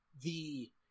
the-